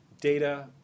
data